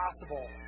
possible